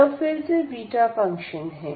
यह फिर से बीटा फंक्शन है